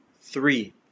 Three